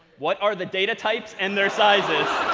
what are the data types and their sizes?